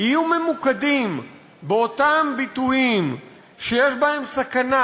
יהיו ממוקדות באותם ביטויים שיש בהם סכנה,